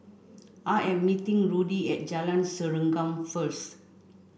I am meeting Rudy at Jalan Serengam first